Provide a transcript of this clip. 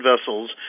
vessels